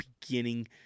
beginning